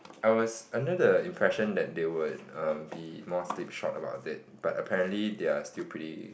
I was under the impression that they would um be more slipshod about it but apparently they're still pretty